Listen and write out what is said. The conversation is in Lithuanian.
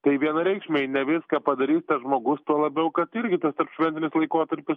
tai vienareikšmiai ne viską padarys tas žmogus tuo labiau kad irgi tas tarpšventinis laikotarpis